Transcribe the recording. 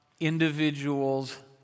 Individuals